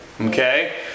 Okay